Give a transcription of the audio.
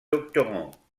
doctorants